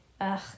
Ugh